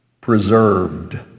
preserved